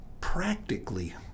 practically